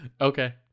okay